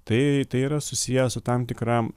tai tai yra susiję su tam tikra